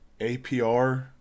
APR